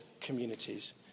communities